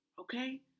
Okay